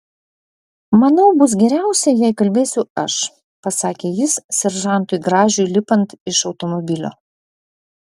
manau bus geriausia jei kalbėsiu aš pasakė jis seržantui gražiui lipant iš automobilio